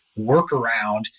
workaround